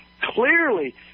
clearly